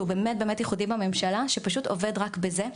באמת ייחודי בממשלה שפשוט עובד רק בזה,